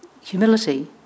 humility